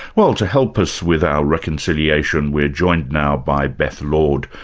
well, to help us with our reconciliation, we're joined now by beth lord,